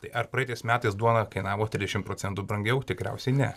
tai ar praeitais metais duona kainavo trisdešimt procentų brangiau tikriausiai ne